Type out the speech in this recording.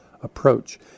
approach